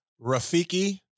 Rafiki